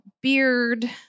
beard